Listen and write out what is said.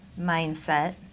mindset